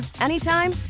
anytime